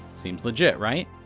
seems legit, right?